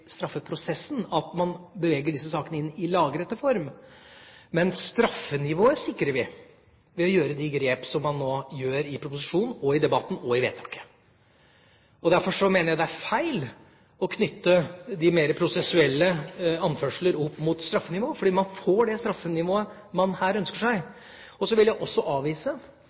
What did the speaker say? straffeprosessen – at man beveger disse sakene inn i lagretteform. Men straffenivået sikrer vi ved å gjøre de grep som man nå gjør i proposisjonen, i debatten og i vedtaket. Derfor mener jeg det er feil å knytte de mer prosessuelle anførsler opp mot straffenivået, fordi man får det straffenivået man her ønsker seg. Jeg vil også avvise